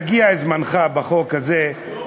יגיע זמנך בחוק הזה,